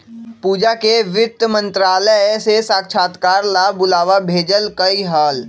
पूजा के वित्त मंत्रालय से साक्षात्कार ला बुलावा भेजल कई हल